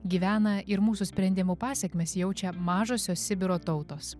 gyvena ir mūsų sprendimų pasekmes jaučia mažosios sibiro tautos